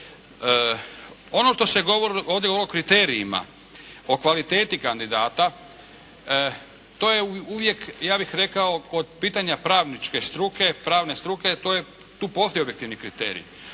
Ono što se govorilo o kriterijima, o kvaliteti kandidata to je uvijek ja bih rekao kod pitanja pravničke struke, pravne struke tu postoje objektivni kriteriji.